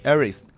Aris